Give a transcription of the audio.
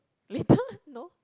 later no